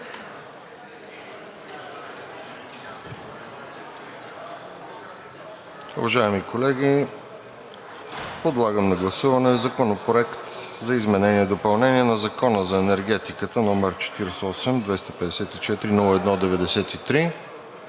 Уважаеми колеги, подлагам на гласуване Законопроект за изменение и допълнение на Закона за енергетиката, № 48-254-01-93,